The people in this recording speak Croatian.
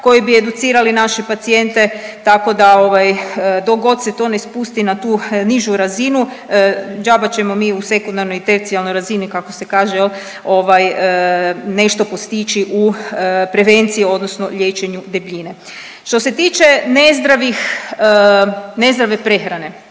koji bi educirali naše pacijente tako da dok god se to ne spusti na tu nižu razinu džaba ćemo mi u sekundarnoj i tercijarnoj razini kako se kaže jel nešto postići u prevenciji odnosno liječenju debljine. Što se tiče nezdrave prehrane,